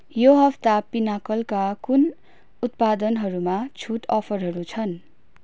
यो हप्ता पिनाकलका कुन उत्पादनहरूमा छुट अफरहरू छन्